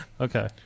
okay